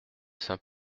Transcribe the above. saint